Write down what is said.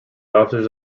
officers